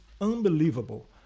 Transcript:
unbelievable